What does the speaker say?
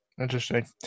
Interesting